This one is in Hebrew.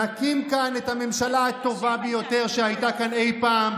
נקים כאן את הממשלה הטובה ביותר שהייתה כאן אי פעם,